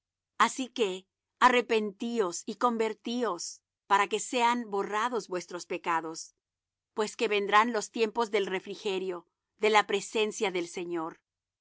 así que arrepentíos y convertíos para que sean borrados vuestros pecados pues que vendrán los tiempos del refrigerio de la presencia del señor